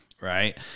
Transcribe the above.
right